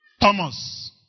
Thomas